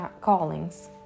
callings